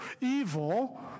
evil